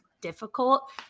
difficult